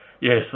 Yes